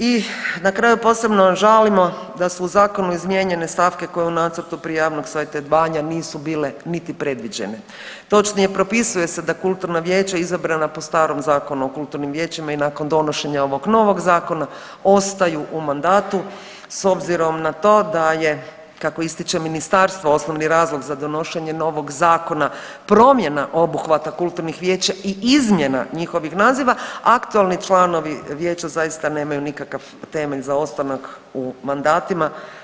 I na kraju posebno žalimo da su u zakonu izmijenjene stavke koje u nacrtu prije javnog savjetovanja nisu bile niti predviđene, točnije propisuje se da kulturna vijeća izabrana po starom Zakonu o kulturnim vijećima i nakon donošenja ovog novog zakona ostaju u mandatu s obzirom na to da je, kako ističe ministarstvo, osnovni razlog za donošenje novog zakona promjena obuhvata kulturnih vijeća i izmjena njihovih naziva, aktualni članovi vijeća zaista nemaju nikakav temelj za ostanak u mandatima.